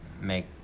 make